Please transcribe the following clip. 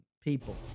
people